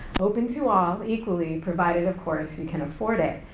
open to all equally provided, of course, and can afford it.